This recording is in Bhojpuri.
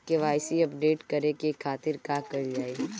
के.वाइ.सी अपडेट करे के खातिर का कइल जाइ?